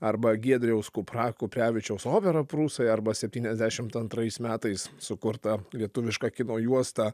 arba giedriaus kupra kuprevičiaus operą prūsai arba septyniasdešimt antrais metais sukurtą lietuvišką kino juostą